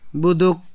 buduk